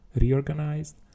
reorganized